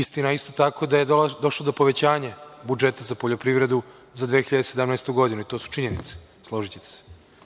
Istina je isto tako da je došlo do povećanja budžeta za poljoprivredu za 2017. godinu i to su činjenice, složićete se,